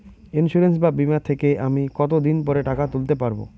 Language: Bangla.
ইন্সুরেন্স বা বিমা থেকে আমি কত দিন পরে টাকা তুলতে পারব?